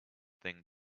thing